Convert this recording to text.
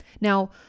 Now